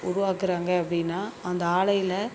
உருவாக்குகிறாங்க அப்படின்னா அந்த ஆலையில்